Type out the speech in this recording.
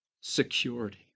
security